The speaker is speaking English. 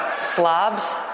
slobs